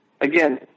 again